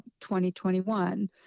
2021